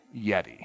yeti